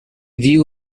view